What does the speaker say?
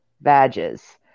badges